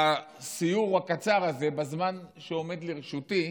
הסיור הקצר הזה, בזמן שעומד לרשותי,